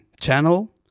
channel